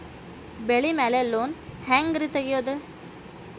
ಬೆಳಿ ಮ್ಯಾಲೆ ಲೋನ್ ಹ್ಯಾಂಗ್ ರಿ ತೆಗಿಯೋದ?